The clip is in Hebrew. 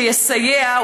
שיסייע,